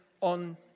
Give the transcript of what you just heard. on